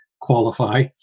qualify